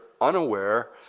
unaware